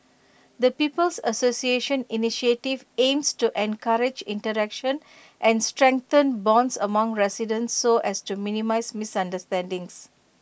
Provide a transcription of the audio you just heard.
the people's association initiative aims to encourage interaction and strengthen bonds among residents so as to minimise misunderstandings